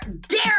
dare